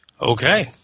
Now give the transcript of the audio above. Okay